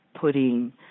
putting